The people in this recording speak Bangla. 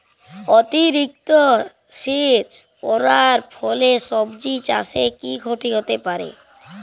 অতিরিক্ত শীত পরার ফলে সবজি চাষে কি ক্ষতি হতে পারে?